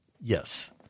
Yes